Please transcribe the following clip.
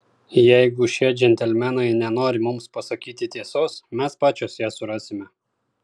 jeigu šie džentelmenai nenori mums pasakyti tiesos mes pačios ją surasime